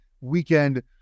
weekend